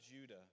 Judah